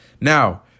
Now